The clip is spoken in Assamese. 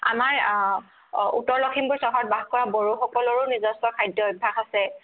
আমাৰ উত্তৰ লখিমপুৰ চহৰত বাস কৰা বড়োসকলৰো নিজৰ খাদ্য অভ্যাস আছে